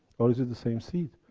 or is it the same seed?